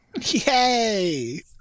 Yay